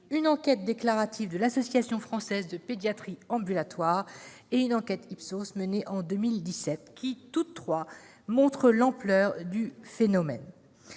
une enquête déclarative de l'Association française de pédiatrie ambulatoire et une enquête de l'IPSOS menée en 2017. Toutes trois montrent l'ampleur du phénomène.